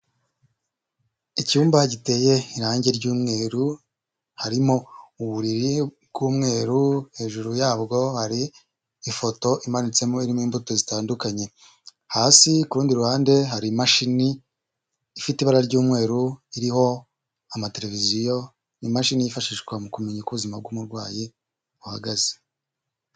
Icyumba giteye irange ry'umweru harimo uburiri bw'umweru, hejuru yabwo hari ifoto imanitsemo irimo imbuto zitandukanye, hasi ku rundi ruhande hari imashini ifite ibara ry'umweru iriho amateleviziyo, imashini yifashishwa mu kumenya uko ubuzima bw'umurwayi buhagaze.